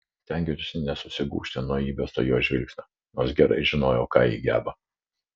stengiausi nesusigūžti nuo įbesto jos žvilgsnio nors gerai žinojau ką ji geba